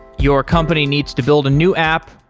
your company needs to build a new app,